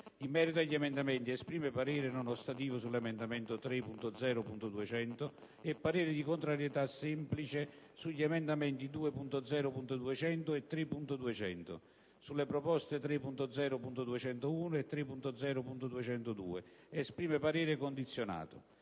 In merito agli emendamenti, esprime parere non ostativo sull'emendamento 3.0.200 e parere di contrarietà semplice sugli emendamenti 2.0.200 e 3.200. Sulle proposte 3.0.201 e 3.0.202, esprime parere condizionato,